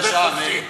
דבר חופשי.